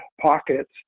pockets